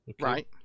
Right